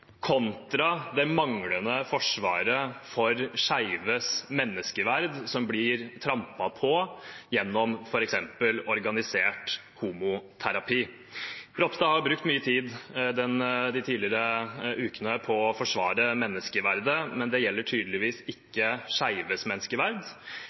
det manglende forsvaret for skeives menneskeverd, som blir trampet på gjennom f.eks. organisert homoterapi. Ropstad har brukt mye tid de siste ukene på å forsvare menneskeverdet, men det gjelder tydeligvis